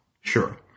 Sure